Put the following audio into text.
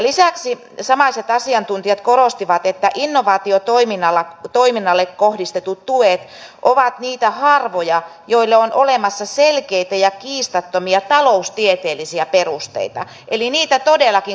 lisäksi samaiset asiantuntijat korostivat että innovaatiotoiminnalle kohdistetut tuet ovat niitä harvoja joille on olemassa selkeitä ja kiistattomia taloustieteellisiä perusteita eli niitä todellakin kannattaa tukea